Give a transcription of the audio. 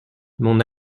mon